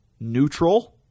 neutral